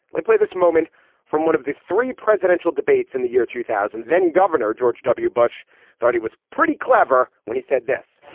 let's play this moment from one of the three presidential debates in the year two thousand. then governor george w. bush thought he was pretty clever when he said this.